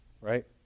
right